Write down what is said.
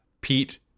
Pete